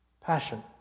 passion